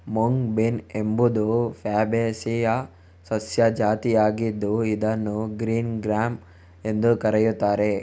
mung bean ಎಂಬುದು Fabaceae ಸಸ್ಯ ಜಾತಿಯಾಗಿದ್ದು ಇದನ್ನು ಗ್ರೀನ್ ಗ್ರ್ಯಾಮ್ ಎಂದೂ ಕರೆಯುತ್ತಾರೆ